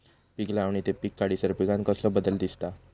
पीक लावणी ते पीक काढीसर पिकांत कसलो बदल दिसता?